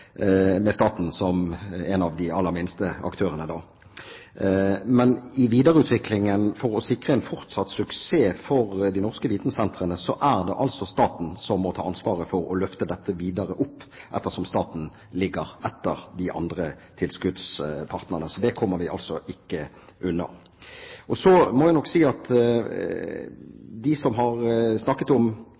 med staten som en av de aller minste aktørene. Men i videreutviklingen for å sikre en fortsatt suksess for de norske vitensentrene, er det altså staten som må ta ansvaret for å løfte dette videre opp, ettersom staten ligger etter de andre tilskuddspartnerne. Det kommer vi altså ikke unna. Jeg må nok si at jeg ikke kan forstå dem som har snakket om